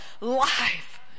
life